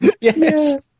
Yes